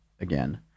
again